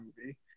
movie